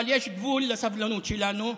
אבל יש גבול לסבלנות שלנו.